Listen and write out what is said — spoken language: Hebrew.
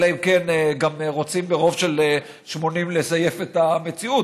אלא אם כן גם רוצים ברוב של 80 לזייף את המציאות.